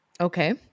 Okay